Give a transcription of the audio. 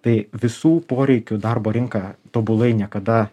tai visų poreikių darbo rinka tobulai niekada